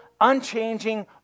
unchanging